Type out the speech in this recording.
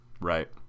right